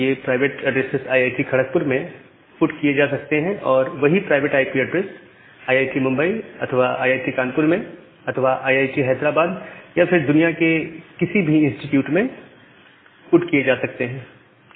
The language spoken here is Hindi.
ये प्राइवेट एड्रेसेस आईआईटी खड़कपुर में पुट किए जा सकते हैं और वही private IP addresses IIT Mumbai में अथवा आईआईटी कानपुर में अथवा आईआईटी हैदराबाद या फिर दुनिया में किसी भी इंस्टिट्यूट में पुट किए जा सकते हैं